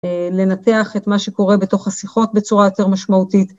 לנתח את מה שקורה בתוך השיחות בצורה יותר משמעותית.